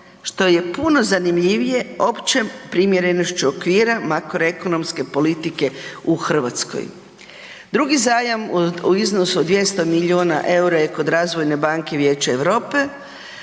drugo je puno zanimljivije opće primjerenošću okvira makroekonomske politike u Hrvatskoj. Drugi zajam u iznosu od 200 miliona EUR-a je kod razvojne banke Vijeća Europe.